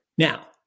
Now